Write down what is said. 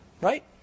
Right